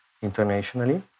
internationally